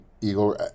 Eagle